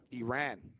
Iran